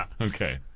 Okay